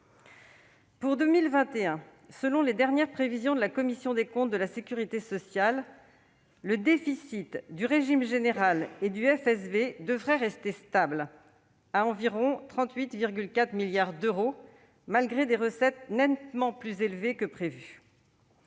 Pour 2021, selon les dernières prévisions de la commission des comptes de la sécurité sociale, le déficit du régime général et du FSV devrait rester stable à environ 38,4 milliards d'euros, malgré des recettes nettement plus élevées que prévu.